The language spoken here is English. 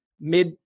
Mid